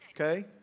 okay